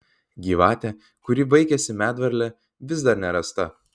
gyvatė kuri vaikėsi medvarlę vis dar nerasta